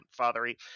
fathery